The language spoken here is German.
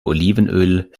olivenöl